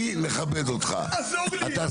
עזור לי.